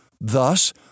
Thus